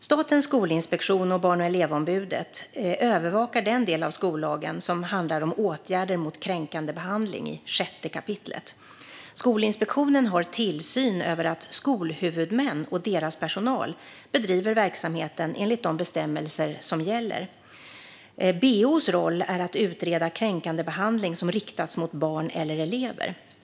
Statens skolinspektion och Barn och elevombudet, BEO, övervakar den del av skollagen som handlar om åtgärder mot kränkande behandling . Skolinspektionen har tillsyn över att skolhuvudmän och deras personal bedriver verksamheten enligt de bestämmelser som gäller. BEO:s roll är att utreda kränkande behandling som riktats mot barn eller elever.